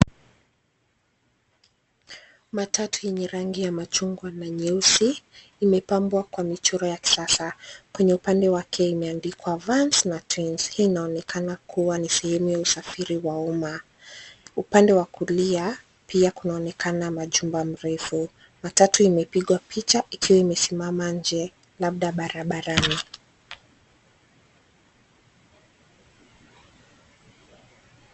Matatu yenye rangi ya machungwa na nyeusi, imepambwa kwa michoro ya kisasa. Kwenye upande wake imeandikwa vans na twins . Hii inaonekana kuwa ni sehemu ya usafiri wa umma. Upande wa kulia, pia kunaonekana majumba mrefu. Matatu imepigwa picha ikiwa imesimama nje, labda barabarani.